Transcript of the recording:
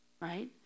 right